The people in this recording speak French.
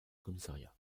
commissariat